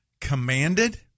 commanded